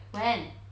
when